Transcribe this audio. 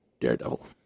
Daredevil